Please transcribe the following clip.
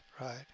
right